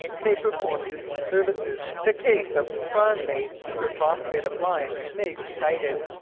may perform useful services the case of farm-made superphosphate of lime may be cited.